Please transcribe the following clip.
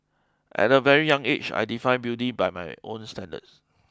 at a very young age I defined beauty by my own standards